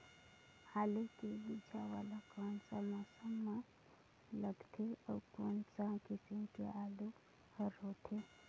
आलू के बीजा वाला कोन सा मौसम म लगथे अउ कोन सा किसम के आलू हर होथे?